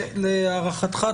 להערכתך,